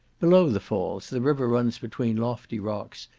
below the falls, the river runs between lofty rocks,